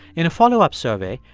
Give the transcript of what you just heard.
in a follow-up survey,